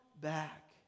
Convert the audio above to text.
back